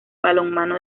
balonmano